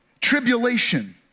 tribulation